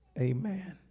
Amen